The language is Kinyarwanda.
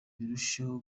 birusheho